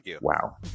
wow